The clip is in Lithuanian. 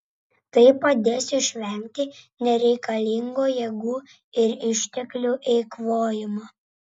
tai padės išvengti nereikalingo jėgų ir išteklių eikvojimo